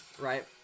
Right